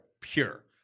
pure